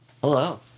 Hello